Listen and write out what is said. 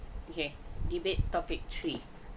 okay debate topic three